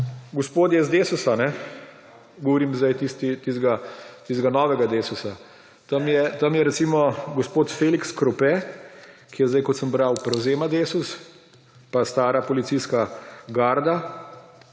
gospodje iz Desusa, govorim zdaj tistega novega Desusa. Tam je recimo gospod Felix Krope, ki, kot sem bral, prevzema Desus, pa stara policijska garda